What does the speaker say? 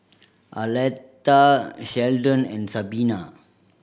Arletta Sheldon and Sabina